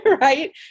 right